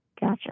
gotcha